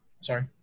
Sorry